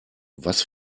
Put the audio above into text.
was